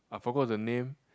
I forgot the name